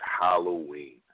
Halloween